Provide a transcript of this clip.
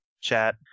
chat